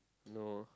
no